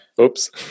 Oops